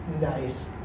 Nice